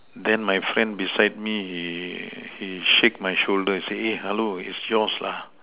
then my friend beside me he shake my shoulder say eh hello it's yours lah